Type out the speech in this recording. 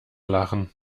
lachen